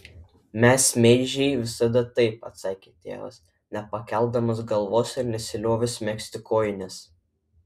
mes meižiai visada taip atsakė tėvas nepakeldamas galvos ir nesiliovęs megzti kojinės